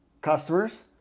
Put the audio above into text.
Customers